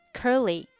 curly